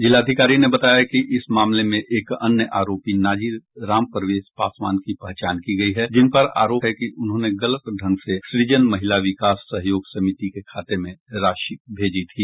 जिलाधिकारी ने बताया कि इस मामले में एक अन्य आरोपी नाजिर रामप्रवेश पासवान की पहचान की गयी है जिनपर आरोप है कि उन्होंने गलत ढंग से सूजन महिला विकास सहयोग समिति के खाते में राशि भेजी थी